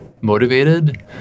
motivated